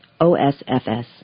OSFS